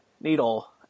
needle